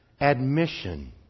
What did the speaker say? admission